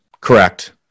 Correct